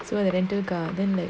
so the rental car then like